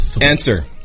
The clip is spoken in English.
Answer